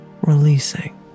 Releasing